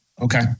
Okay